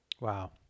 Wow